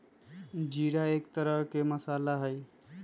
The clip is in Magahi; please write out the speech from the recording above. जीरा एक तरह के मसाला हई